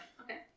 Okay